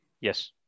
Yes